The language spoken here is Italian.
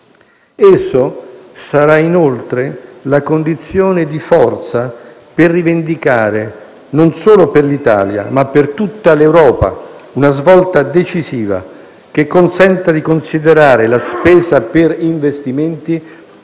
Esso sarà inoltre la condizione di forza per rivendicare, non solo per l'Italia, ma per tutta l'Europa, una svolta decisiva che consenta di considerare la spesa per investimenti